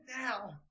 now